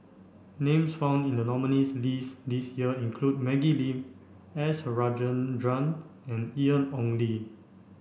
names found in the nominees list this year include Maggie Lim S Rajendran and Ian Ong Li